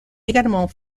également